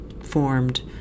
formed